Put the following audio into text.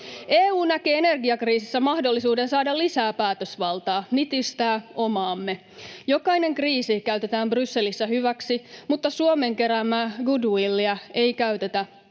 EU näkee energiakriisissä mahdollisuuden saada lisää päätösvaltaa, nitistää omaamme. Jokainen kriisi käytetään Brysselissä hyväksi, mutta Suomen keräämää goodwilliä ei käytetä koskaan.